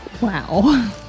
Wow